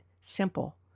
simple